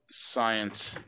Science